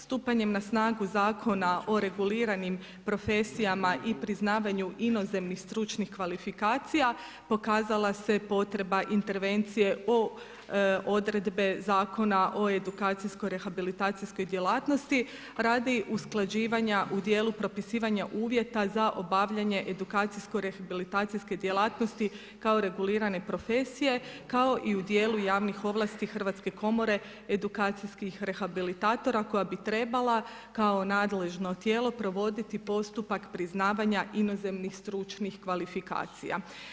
Stupanjem na snagu Zakona o reguliranim profesijama i priznavanju inozemnih stručnih kvalifikacija pokazala se potreba intervencije o odredbe Zakona o edukacijsko rehabilitacijskoj djelatnosti radi usklađivanja u dijelu propisivanja uvjeta za obavljanje edukacijsko rehabilitacijske djelatnosti kao regulirane profesije kao i u dijelu javnih ovlasti Hrvatske komore edukacijskih rehabilitatora koja bi trebala kao nadležno tijelo provoditi postupak priznavanja inozemnih stručnih kvalifikacija.